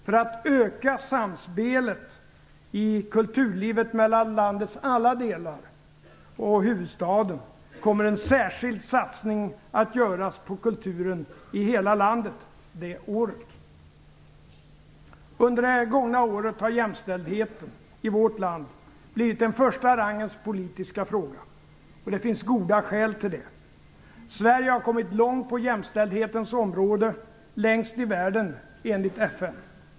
För att öka samspelet i kulturlivet mellan landets alla delar och huvudstaden kommer en särskild satsning att göras på kulturen i hela landet det året. Under det gångna året har jämställdheten i vår land blivit en första rangens politiska fråga. Det finns goda skäl till det. Sverige har kommit långt på jämställdhetens område, längst i världen enligt FN.